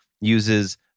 uses